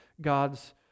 God's